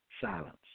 silence